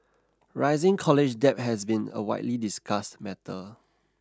rising college debt has been a widely discussed matter